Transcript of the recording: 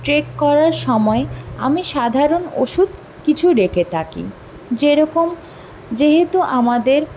trek করার সময় আমি সাধারণ ওষুধ কিছু রেখে থাকি যে রকম যেহেতু আমাদের